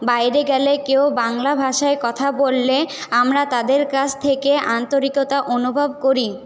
বাইরে গেলে কেউ বাংলা ভাষায় কথা বললে আমরা তাদের কাছ থেকে আন্তরিকতা অনুভব করি